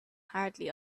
hardly